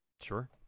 Sure